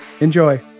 Enjoy